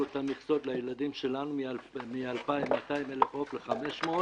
את המכסות לילדים שלנו מ-220,000 ביצים ל-500,000.